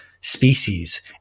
species